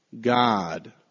God